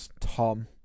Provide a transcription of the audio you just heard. tom